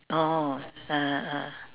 oh (uh huh) (uh huh)